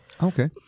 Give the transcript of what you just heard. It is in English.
Okay